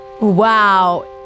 Wow